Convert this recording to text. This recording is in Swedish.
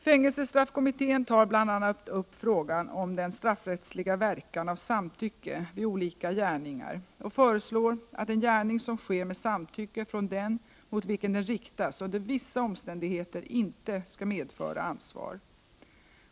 Fängelsestraffkommittén tar bl.a. upp frågan om den straffrättsliga verkan av samtycke vid olika gärningar och föreslår att en gärning som sker med samtycke från den mot vilken den riktas under vissa omständigheter inte skall medföra ansvar.